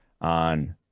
on